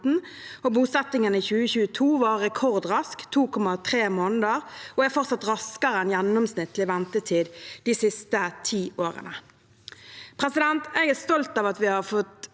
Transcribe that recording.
Bosettingen i 2022 var rekordrask – 2,3 måneder – og er fortsatt raskere enn gjennomsnittlig ventetid de siste 10 årene. Jeg er stolt av at vi har fått